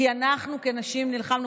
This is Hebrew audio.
כי אנחנו כנשים נלחמנו,